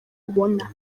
ubona